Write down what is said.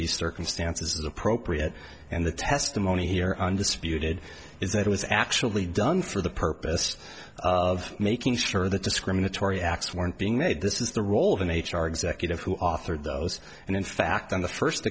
these circumstances is appropriate and the testimony here undisputed is that it was actually done for the purpose of making sure that discriminatory acts weren't being made this is the role of an h r executive who authored those and in fact on the first